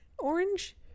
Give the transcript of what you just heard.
orange